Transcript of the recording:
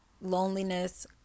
loneliness